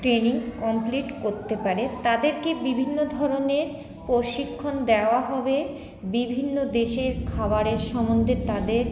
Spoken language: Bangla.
ট্রেনিং কমপ্লিট করতে পারে তাদেরকে বিভিন্ন ধরনের প্রশিক্ষণ দেওয়া হবে বিভিন্ন দেশের খাবারের সম্বন্ধে তাদের